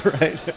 right